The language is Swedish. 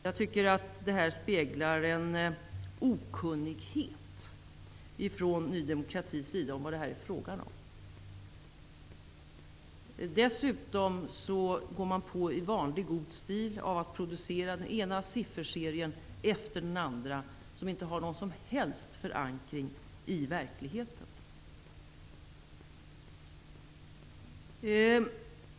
Jag tycker att detta speglar en okunnighet från Ny demokratis sida om vad detta är fråga om. Dessutom går man på i vanlig god stil och producerar den ena sifferserien efter den andra som inte har någon som helst förankring i verkligheten.